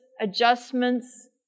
adjustments